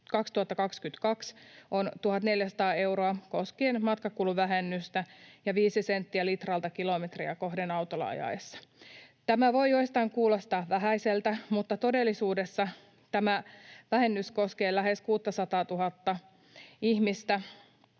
2022 on 1 400 euroa koskien matkakuluvähennystä ja 5 senttiä litralta kilometriä kohden autolla ajaessa. Tämä voi joistain kuulostaa vähäiseltä, mutta todellisuudessa tämä vähennys koskee lähes 600 000:ta ihmistä,